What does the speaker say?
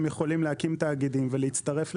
הם יכולים להקים תאגידים ולהצטרף לבאר-שבע.